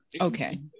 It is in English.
Okay